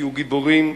תהיו גיבורים,